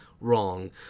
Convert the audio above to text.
wrong